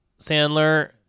Sandler